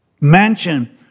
mansion